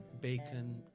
bacon